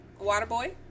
Waterboy